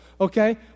okay